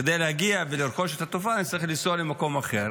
כדי להגיע ולרכוש את התרופה אני צריך לנסוע למקום אחר,